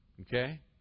Okay